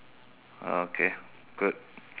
okay good